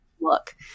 look